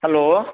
hello